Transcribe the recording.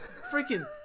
Freaking